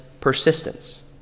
persistence